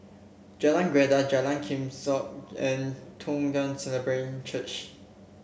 Jalan Greja Jalan and Toong Church